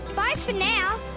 bye for now.